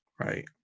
Right